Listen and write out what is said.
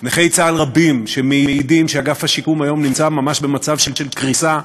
נכי צה"ל רבים שמעידים שאגף השיקום היום נמצא ממש במצב של קריסה,